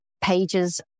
pages